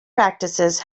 practices